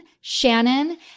Shannon